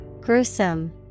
Gruesome